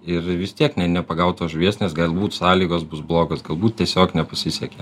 ir vis tiek ne nepagaut tos žuvies nes galbūt sąlygos bus blogos galbūt tiesiog nepasisekė